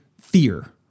fear